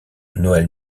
noël